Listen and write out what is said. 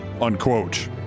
unquote